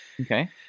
Okay